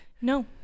no